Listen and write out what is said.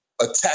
attack